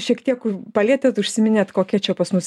šiek tiek palietėt užsiminėt kokia čia pas mus